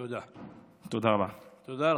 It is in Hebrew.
תודה רבה.